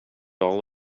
all